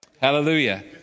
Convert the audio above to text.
Hallelujah